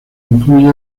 incluye